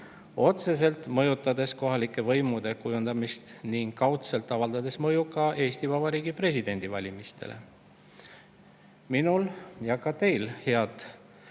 otseselt mõjutades kohalike võimude kujundamist ning kaudselt avaldades mõju ka Eesti Vabariigi presidendi valimistele. Minul ja ka teil, head